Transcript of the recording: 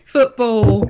football